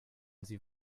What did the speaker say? sie